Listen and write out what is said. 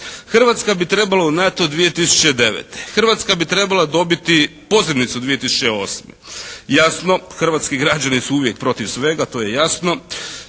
Hrvatska bi trebala u NATO 2009. Hrvatska bi trebala dobiti pozivnicu 2008. Jasno hrvatski građani su uvijek protiv svega, to je jasno.